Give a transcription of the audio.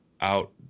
out